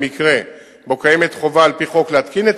במקרה שבו קיימת חובה על-פי חוק להתקין את